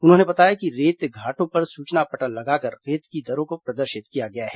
उन्होंने बताया कि रेत घाटों पर सूचना पटल लगाकर रेत की दरों को प्रदर्शित किया गया है